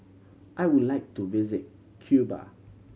I would like to visit Cuba